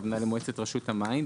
הכוונה למועצת רשות המים,